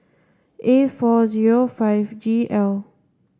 A four zero five G L